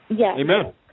Amen